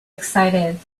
excited